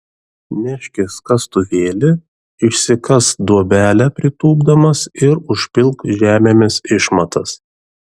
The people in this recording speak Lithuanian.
neškis kastuvėlį išsikask duobelę pritūpdamas ir užpilk žemėmis išmatas